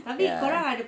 ya